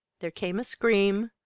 there came a scream,